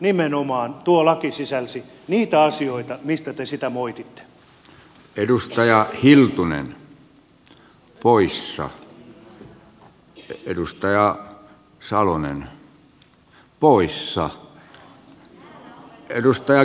nimenomaan tuo laki sisälsi niitä asioita mistä te sitä moititte